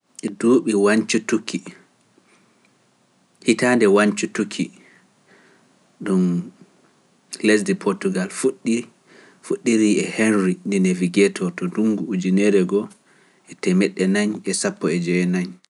Ɗuuɓi wañcutuki hitaande wañcu tuki ɗum lesdi Potugal fuɗɗi fuɗɗiri e henri ndi nafi geeto to ɗum ngu ujunere ngoo e temeɗe naañ e sappo e jenayi(fourteen fourteen).